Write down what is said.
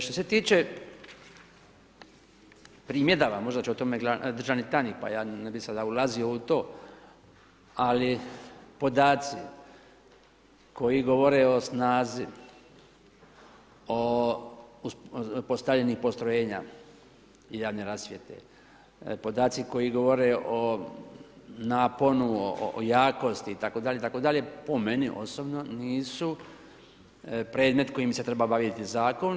Što se tiče primjedaba, možda će o tome državni tajnika pa ja sada ne bih ulazio u to, ali podaci koji govore o snazi o, postavljenih postrojenja javne rasvjete, podaci koji govore o naponu, o jakosti itd., itd., po meni osobno nisu predmet kojim se treba baviti ja.